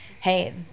hey